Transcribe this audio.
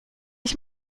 ich